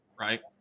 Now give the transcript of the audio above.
right